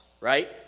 right